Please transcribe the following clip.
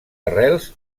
arrels